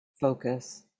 focus